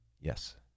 Yes